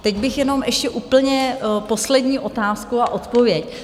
Teď bych jenom ještě úplně poslední otázku a odpověď.